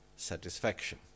satisfaction